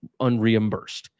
unreimbursed